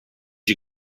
you